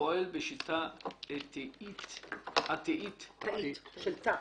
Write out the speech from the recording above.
(פטור מרישוי לציוד קצה הפועל בשיטה התאית -- תאית של תא.